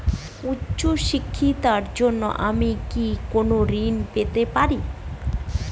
উচ্চশিক্ষার জন্য আমি কি কোনো ঋণ পেতে পারি?